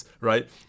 right